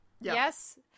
Yes